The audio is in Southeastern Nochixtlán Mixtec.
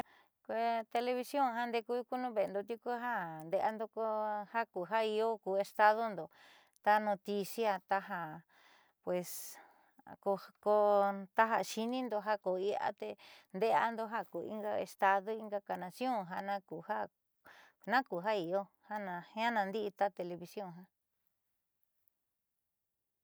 Kuee televisión jande'eku in kuu nuun ve'endo tiuku ja nde'eando ko ja ku iio ku estadondo taa noticia taja pues ko taja xi'inindo ja ko iia teende'eando ja ku inga estado ingaaka nación janaku ja naakuu ja iio jiaa naandi'i ta televisión ja.